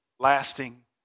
Lasting